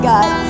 God